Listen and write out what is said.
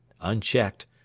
unchecked